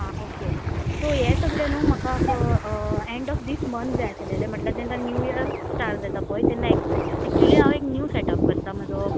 आं okay okay so हें सगलें न्हू म्हाका एंड ऑफ दीस मंथ जाय आसलेलें म्हटल्यार जेन्ना न्यू इयर स्टार्ट जाता पय तेन्ना एक एक्चुली हांव एक न्यू सॅटअप करता म्हजो